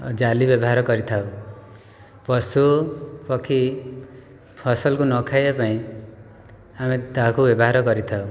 ଓ ଜାଲି ବ୍ୟବହାର କରିଥାଉ ପଶୁପକ୍ଷୀ ଫସଲକୁ ନ ଖାଇବା ପାଇଁ ଆମେ ତାହାକୁ ବ୍ୟବହାର କରିଥାଉ